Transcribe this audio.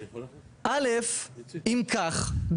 א' אם כך,